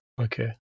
okay